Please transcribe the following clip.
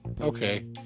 okay